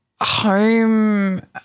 home